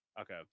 Okay